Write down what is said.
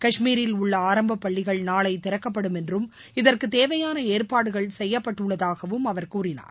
காஷ்மீரில் உள்ள ஆரம்பப் பள்ளிகள் நாளை திறக்கப்படும் என்றும் இதற்கு தேவையான ஏற்பாடுகள் செயயப்பட்டுள்ளதாகவும் அவர் கூறினார்